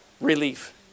relief